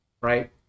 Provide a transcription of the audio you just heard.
right